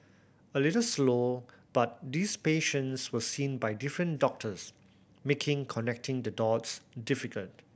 a little slow but these patients were seen by different doctors making connecting the dots difficult